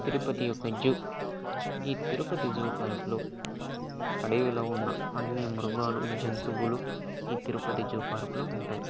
తిరుపతి యొక్క జూ ఈ తిరుపతి జూ పార్క్లు అడవిలో ఉన్న అన్ని మృగాలు జంతువులు ఈ తిరుపతి జూ పార్కు లో ఉంటాయి